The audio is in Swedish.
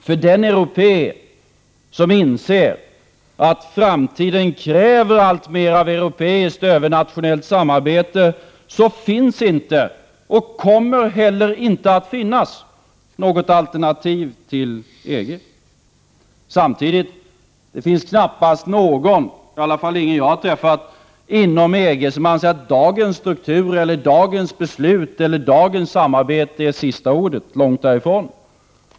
För den europé som anser att framtiden kräver alltmer av europeiskt övernationellt samarbete finns inte och kommer heller inte att finnas något alternativ till EG. Samtidigt finns det knappast någon inom EG - i alla fall ingen som jag har träffat — som anser att dagens struktur, dagens beslut eller dagens samarbete är sista ordet. Långt därifrån.